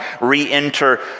re-enter